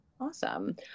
Awesome